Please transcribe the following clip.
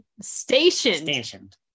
stationed